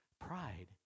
Pride